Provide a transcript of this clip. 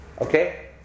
Okay